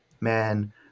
man